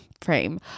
frame